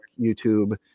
youtube